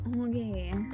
Okay